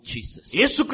Jesus